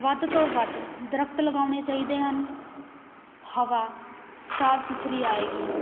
ਵੱਧ ਤੋਂ ਵੱਧ ਦਰਖਤ ਲਗਾਉਣੇ ਚਾਹੀਦੇ ਹਨ ਹਵਾ ਸਾਫ ਸੁਥਰੀ ਆਏਗੀ